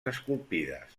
esculpides